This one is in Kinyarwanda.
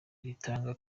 ritanga